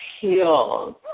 heels